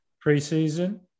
pre-season